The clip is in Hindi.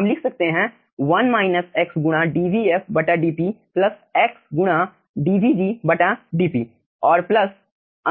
हम लिख सकते हैं गुणा dvfdp x गुणा dvgdp और प्लस